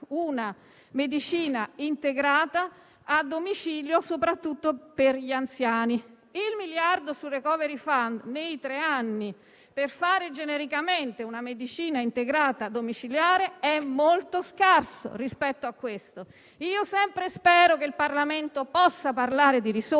una medicina integrata a domicilio soprattutto per gli anziani. Il miliardo del *Recovery fund* per tre anni per fare genericamente una medicina integrata domiciliare è molto scarso rispetto alle esigenze. Io spero sempre che il Parlamento possa parlare anche di risorse